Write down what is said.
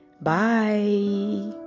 Bye